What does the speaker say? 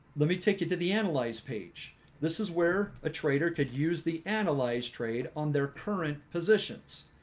let me take you to the analyze page this is where a trader could use the analyzed trade on their current positions